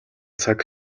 цаг